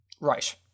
Right